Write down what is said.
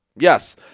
Yes